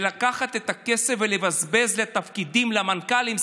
לקחת את הכסף ולבזבז על תפקידים למנכ"לים,